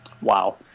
Wow